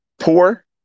poor